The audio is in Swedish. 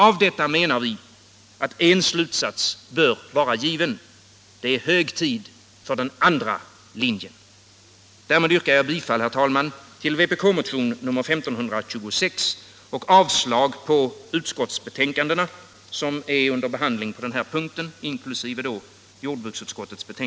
Av detta bör en slutsats vara given: det är hög tid för den andra linjen.